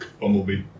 bumblebee